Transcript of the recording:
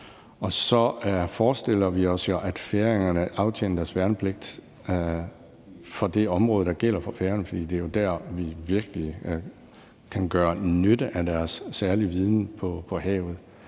Og så forestiller vi os jo, at færingerne aftjener deres værnepligt for det område, der gælder for Færøerne, for det er der, vi virkelig kan drage nytte af deres særlige viden på havet.